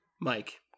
Mike